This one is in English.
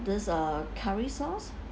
this uh curry sauce